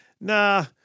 nah